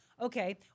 okay